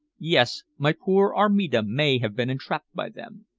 yes, my poor armida may have been entrapped by them.